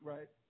Right